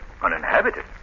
Uninhabited